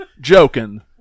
Joking